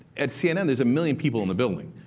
at cnn, there's a million people in the building.